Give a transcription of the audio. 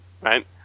right